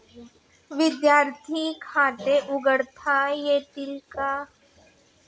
विद्यार्थी खाते उघडता येईल का?